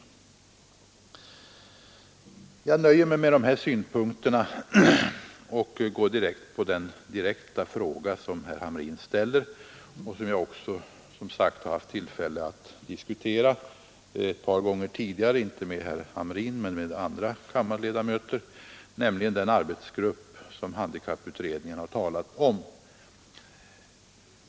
Jag nöjer mig med det anförda och går sedan över till den direkta fråga som herr Hamrin ställt, vilken jag som sagt har haft tillfälle att diskutera här ett par gånger tidigare — inte med herr Hamrin men med några andra kammarledamöter nämligen tillsättandet av den arbetsgrupp som handikapputredningen talat om.